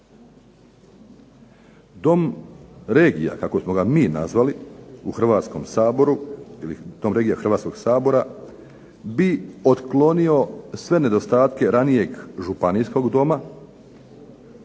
Dom regija, kako smo ga mi nazvali u Hrvatskom saboru ili dom regija Hrvatskoga sabora bi otklonio sve nedostatke ranijeg županijskog doma.